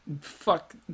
fuck